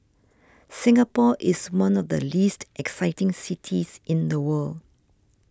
Singapore is one of the least exciting cities in the world